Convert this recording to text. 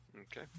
Okay